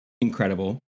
incredible